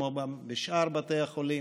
כמו בשאר בתי החולים,